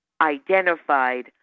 identified